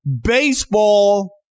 baseball